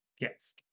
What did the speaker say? Yes